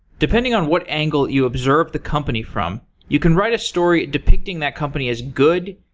depending on what angle you observe the company from, you can write a story depicting that company as good,